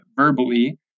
verbally